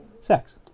sex